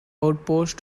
outposts